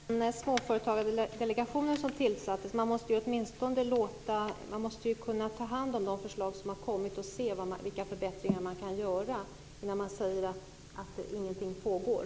Herr talman! Småföretagsdelegationen har tillsatts. Man måste kunna ta hand om de förslag som kommit in och se vilka förbättringar som kan göras innan det går att säga att ingenting händer.